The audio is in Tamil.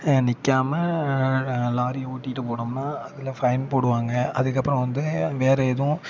நிற்காம லாரி ஓட்டிட்டு போனோம்னா அதில் ஃபைன் போடுவாங்க அதுக்கப்புறம் வந்து வேறு எதுவும்